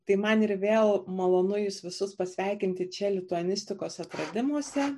tai man ir vėl malonu jus visus pasveikinti čia lituanistikos atradimuose